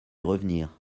revenir